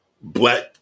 black